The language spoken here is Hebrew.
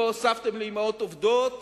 לא הוספתם לאמהות עובדות